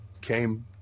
came